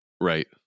right